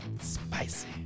Spicy